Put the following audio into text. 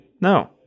no